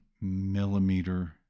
millimeter